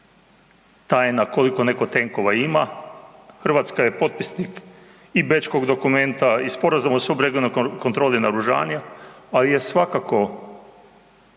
tajna koliko netko tenkova ima, Hrvatska je potpisnik i bečkog dokumenta i Sporazuma o subregionalnoj kontroli naoružanja ali je svakako